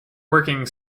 working